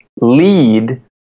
lead